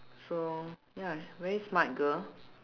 so ya very smart girl